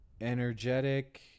energetic